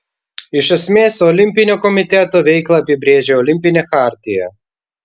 iš esmės olimpinio komiteto veiklą apibrėžia olimpinė chartija